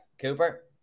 Cooper